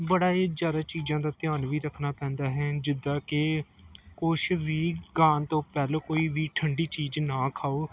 ਬੜਾ ਹੀ ਜ਼ਿਆਦਾ ਚੀਜ਼ਾਂ ਦਾ ਧਿਆਨ ਵੀ ਰੱਖਣਾ ਪੈਂਦਾ ਹੈ ਜਿੱਦਾਂ ਕਿ ਕੁਛ ਵੀ ਗਾਉਣ ਤੋਂ ਪਹਿਲਾਂ ਕੋਈ ਵੀ ਠੰਡੀ ਚੀਜ਼ ਨਾ ਖਾਉ